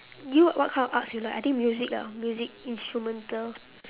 you what kind of arts you like I think music ah music instrumental